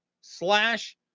slash